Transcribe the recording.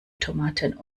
tomaten